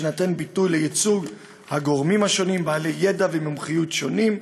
שיינתן ביטוי לייצוג גורמים שונים בעלי ידע ומומחיות שונים,